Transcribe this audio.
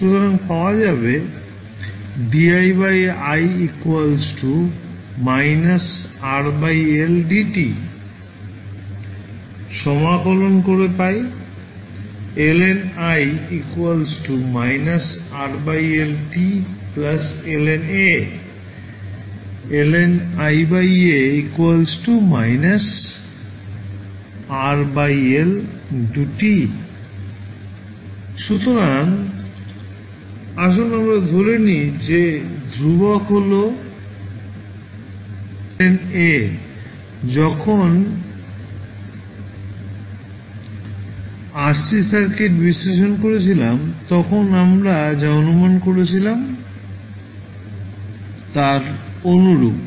সুতরাং পাওয়া যাবে সমাকলন করে পাই সুতরাং আসুন আমরা ধরে নিই যে ধ্রুবক হল ln A আমরা যখন RC সার্কিট বিশ্লেষণ করছিলাম তখন আমরা যা অনুমান করেছিলাম তার অনুরূপ